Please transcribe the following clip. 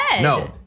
No